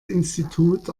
institut